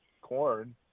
corn